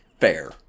Fair